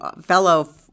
fellow